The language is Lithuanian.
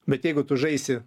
bet jeigu tu žaisi